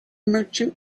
merchant